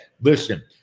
listen